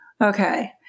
Okay